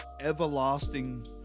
everlasting